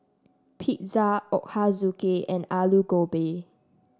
Pizza Ochazuke and Alu Gobi